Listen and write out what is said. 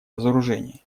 разоружении